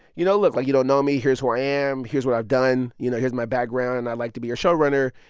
you know, look, like, you don't know me. here's who i am. here's what i've done. you know, here's my background, and i'd like to be your showrunner.